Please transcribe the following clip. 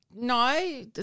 No